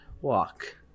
walk